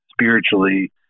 spiritually